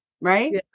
right